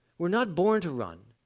we're not born to run,